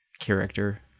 character